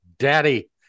Daddy